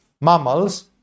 mammals